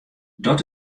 dat